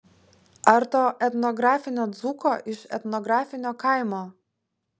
ar to etnografinio dzūko iš etnografinio kaimo